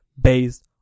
based